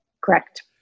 Correct